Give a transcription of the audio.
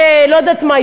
ולא יודעת מה,